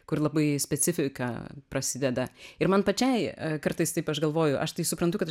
kur labai specifika prasideda ir man pačiai kartais taip aš galvoju aš tai suprantu kad aš